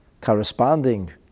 corresponding